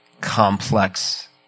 complex